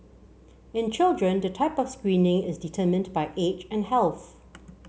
in children the type of screening is determined by age and health